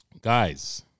Guys